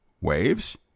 waves